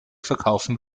verkaufen